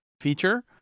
feature